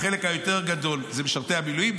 החלק היותר גדול הוא למשרתי המילואים,